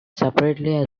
separately